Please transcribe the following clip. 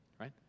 Right